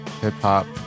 hip-hop